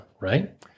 right